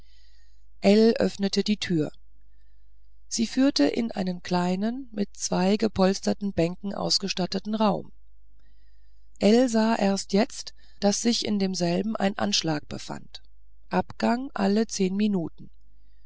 öffnete die tür sie führte in einen kleinen mit zwei gepolsterten bänken ausgestatteten raum ell sah jetzt erst daß sich in demselben ein anschlag befand abgang alle zehn minuten